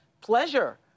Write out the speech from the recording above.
pleasure